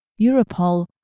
Europol